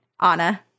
Anna